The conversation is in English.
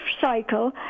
cycle